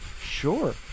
Sure